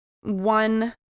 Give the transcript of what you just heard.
one